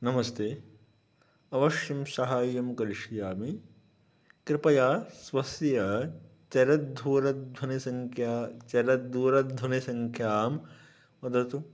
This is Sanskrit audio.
नमस्ते अवश्यं साहाय्यं करिष्यामि कृपया स्वस्य चरद्धूरध्वनि सङ्ख्या चरद्दूरध्वनिसङ्ख्यां वदतु